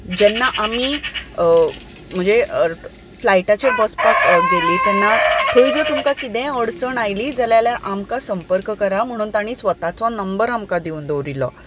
जेन्ना आमी म्हणजे फ्लायटाचेर बसपा गेली तेन्ना थंय जर तुमकां कितें अडचण आयली जाल्यार आमकां संपर्क करात म्हण तांणी स्वताचो नंबर आमकां दिवन दवरिल्लो